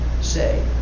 say